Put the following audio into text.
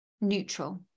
neutral